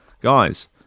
Guys